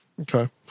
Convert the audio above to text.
Okay